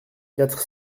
quatre